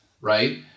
right